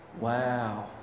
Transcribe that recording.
wow